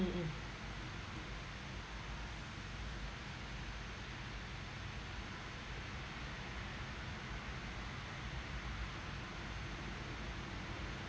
mm mm